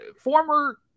former